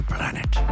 Planet